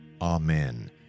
Amen